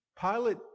Pilate